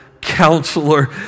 counselor